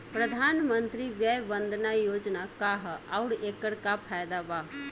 प्रधानमंत्री वय वन्दना योजना का ह आउर एकर का फायदा बा?